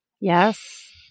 yes